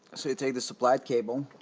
so you take the supplied cable